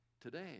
today